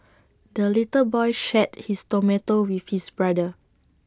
the little boy shared his tomato with his brother